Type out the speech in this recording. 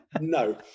No